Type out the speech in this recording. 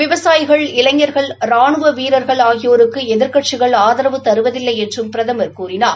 விவசாயிகள் இளைஞர்கள் ரானுவ வீரர்கள் ஆகியோருக்கு எதிர்க்கட்சிகள் ஆதரவு தருவதில்லை என்றும் பிரதமர் கூறினார்